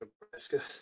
Nebraska